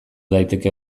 daiteke